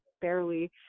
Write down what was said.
barely